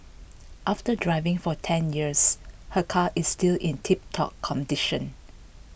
after driving for ten years her car is still in tiptop condition